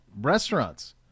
Restaurants